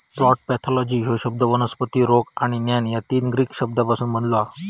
plant pathology ह्यो शब्द वनस्पती रोग आणि ज्ञान या तीन ग्रीक शब्दांपासून बनलो हा